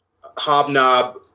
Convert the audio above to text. hobnob